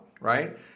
Right